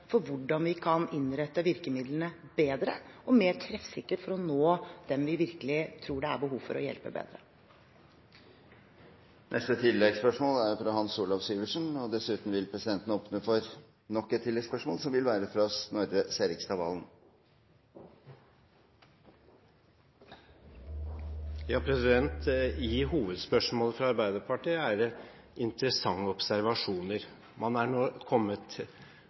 hvordan vi kan innrette virkemidlene bedre og mer treffsikkert, for å nå dem vi virkelig tror det er behov for å hjelpe bedre. Hans Olav Syversen – til oppfølgingsspørsmål. I hovedspørsmålet fra Arbeiderpartiet er det interessante observasjoner. Man er nå kommet på det nivået at man snakker om barns bidrag til samfunnsøkonomien. Jeg synes det er interessant å notere seg hvor nær man er